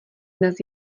dnes